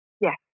Yes